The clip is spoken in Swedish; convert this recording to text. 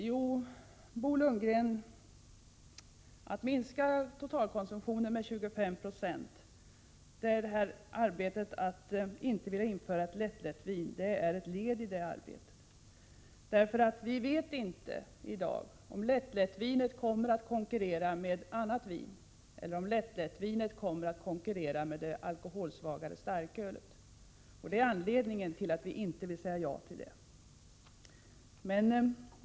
Herr talman! Folkpartiets ovilja att införa lättlättvinet, Bo Lundgren, är ett led i arbetet att minska totalkonsumtionen med 25 26. Det är ingen som i dag vet om lättlättvinet kommer att konkurrera med annat vin eller med det alkoholsvagare starkölet, och det är anledningen till att folkpartiet inte vill säga ja till det.